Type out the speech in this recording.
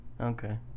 Okay